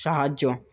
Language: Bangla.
সাহায্য